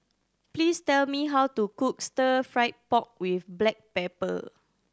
please tell me how to cook Stir Fried Pork With Black Pepper